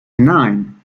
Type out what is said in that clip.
nine